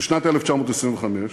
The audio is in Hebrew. בשנת 1925,